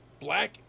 black